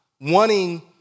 wanting